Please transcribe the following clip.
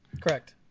Correct